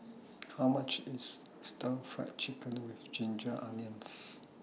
How much IS Stir Fry Chicken with Ginger Onions